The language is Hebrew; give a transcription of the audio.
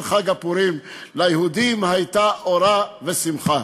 חג הפורים: ליהודים הייתה אורה ושמחה.